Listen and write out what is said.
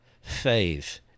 faith